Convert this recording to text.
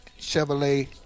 Chevrolet